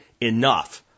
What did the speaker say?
enough